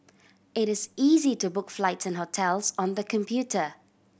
it is easy to book flights and hotels on the computer